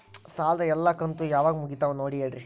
ಸಾಲದ ಎಲ್ಲಾ ಕಂತು ಯಾವಾಗ ಮುಗಿತಾವ ನೋಡಿ ಹೇಳ್ರಿ